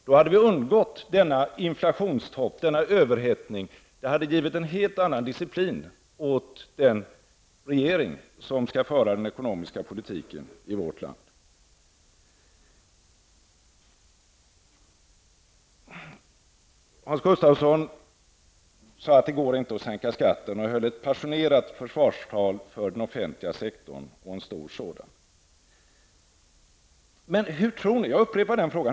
Då hade vi undgått denna inflationstopp och denna överhettning. Det hade givit en helt annan disciplin åt den regering som skall föra den ekonomiska politiken i vårt land. Hans Gustafsson sade att det inte går att sänka skatten och höll ett passionerat försvarstal för den offentliga sektorn, och en stor sådan.